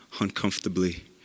uncomfortably